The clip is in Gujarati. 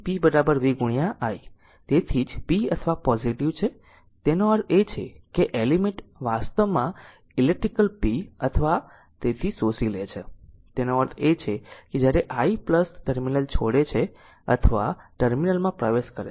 તેથી તેથી જ p અથવા પોઝીટીવ છે તેનો અર્થ એ છે કે આ એલિમેન્ટ વાસ્તવમાં ઈલેક્ટ્રીકલ p અથવા તેથી શોષી લે છે તેનો અર્થ એ છે કે જ્યારે i ટર્મિનલ છોડે છે અથવા ટર્મિનલમાં પ્રવેશ કરે